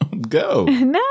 go